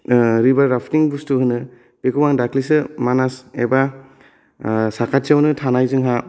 river राफ्थिं बुस्तु होनो बेखौ आं दाख्लिसो मानास एबा आह साखाथिआवनो थानाय जोंहा